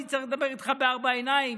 אני צריך לדבר איתך בארבע עיניים,